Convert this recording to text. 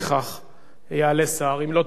יעלה שר, אם לא תרצה בכך, ניגש להצבעה.